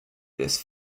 this